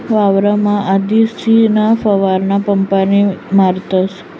वावरमा आवसदीसना फवारा पंपवरी मारतस